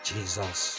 Jesus